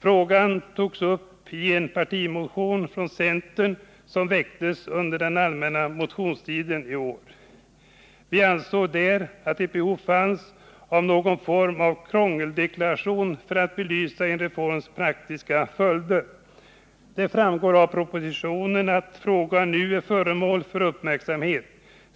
Frågan togs upp i en partimotion från centern, som väcktes under den allmänna motionstiden i år. Vi ansåg där att behov fanns av någon form av ”krångeldeklaration” för att belysa en reforms praktiska följder. Det framgår av propositionen att frågan är föremål för uppmärksamhet.